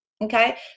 okay